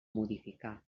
modificar